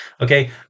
Okay